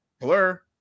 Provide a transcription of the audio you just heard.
blur